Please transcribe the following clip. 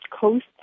coast